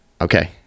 Okay